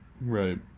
right